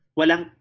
walang